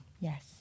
Yes